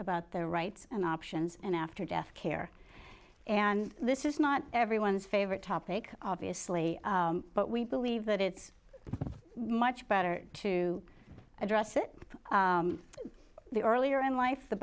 about their rights and options and after death care and this is not everyone's favorite topic obviously but we believe that it's much better to address it the earlier in life the